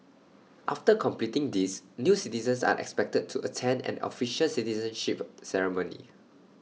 after completing these new citizens are expected to attend an official citizenship ceremony